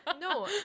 no